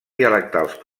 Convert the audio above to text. dialectals